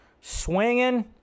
Swinging